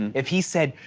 if he said,